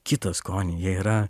kitą skonį jie yra